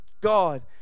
god